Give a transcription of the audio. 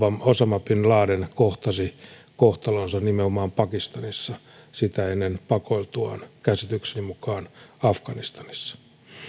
osama bin laden kohtasi kohtalonsa nimenomaan pakistanissa sitä ennen pakoiltuaan käsitykseni mukaan afganistanissa